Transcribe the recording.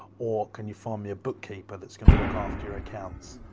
or can you find me a bookkeeper that's gonna look after your accounts?